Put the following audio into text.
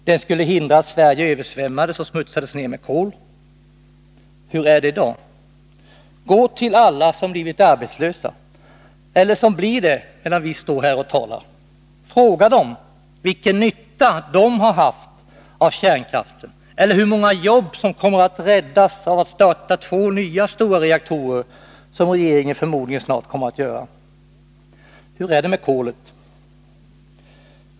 Den skulle hindra att Sverige översvämmades av och smutsades ner med kol. Hur är det i dag? Gå till alla som har blivit arbetslösa eller som blir det medan vi står här och talar! Fråga dem vilken nytta de har haft av kärnkraften eller hur många jobb som kommer att räddas av att två nya stora reaktorer startas, vilket regeringen förmodligen snart kommer att ge tillstånd till. Hur är det med kolet?